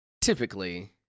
typically